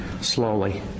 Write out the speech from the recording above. slowly